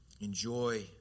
enjoy